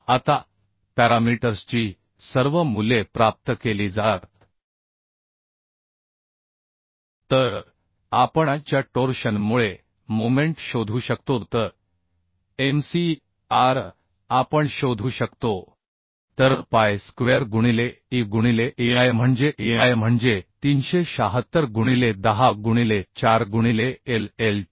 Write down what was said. आता पॅरामीटर्सची सर्व मूल्ये प्राप्त केली जातात तर आपण a च्या टोर्शनमुळे मोमेंट शोधू शकतो तर m c r आपण शोधू शकतो तरpi स्क्वेअर गुणिले E गुणिले II म्हणजे II म्हणजे 376 गुणिले 10 गुणिले 4 गुणिले LLt